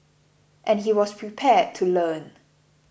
and he was prepared to learn